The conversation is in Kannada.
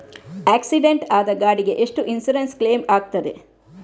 ಆಕ್ಸಿಡೆಂಟ್ ಆದ ಗಾಡಿಗೆ ಎಷ್ಟು ಇನ್ಸೂರೆನ್ಸ್ ಕ್ಲೇಮ್ ಆಗ್ತದೆ?